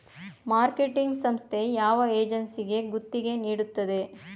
Marketing ಸಂಸ್ಥೆ ಯಾವ ಏಜೆನ್ಸಿಗೆ ಗುತ್ತಿಗೆ ನೀಡುತ್ತದೆ?